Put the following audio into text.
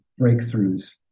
breakthroughs